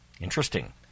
Interesting